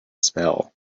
spell